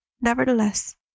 nevertheless